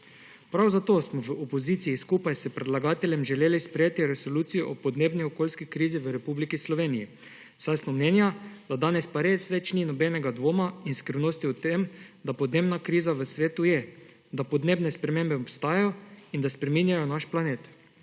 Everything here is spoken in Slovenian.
Prav zato smo v opoziciji skupaj s predlagateljem želeli sprejeti resolucijo o podnebni in okoljski krizi v Republiki Sloveniji, saj smo mnenja, da danes pa res več ni nobenega dvoma in skrivnosti o tem, da podnebna kriza v svetu je, da podnebne spremembe obstajajo in da spreminjajo naš planet.